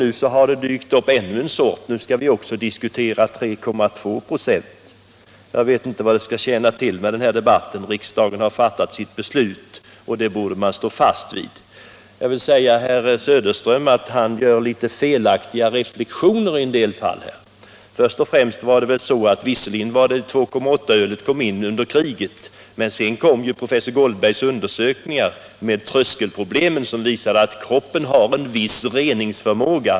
Nu har det dykt upp ytterligare en sort som innehåller 3,2 96 alkohol. Jag vet inte vad en sådan debatt skall tjäna till. Riksdagen har fattat sitt beslut och bör stå fast vid det. Herr Söderströms reflexioner var felaktiga i en del fall. Ölet med en alkoholhalt av 2,8 96 kom visserligen hit under andra världskriget, men professor Goldbergs undersökningar om tröskelvärden visar att kroppen har en viss reningsförmåga.